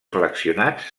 seleccionats